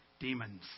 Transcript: Demons